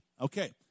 Okay